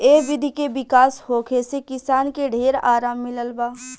ए विधि के विकास होखे से किसान के ढेर आराम मिलल बा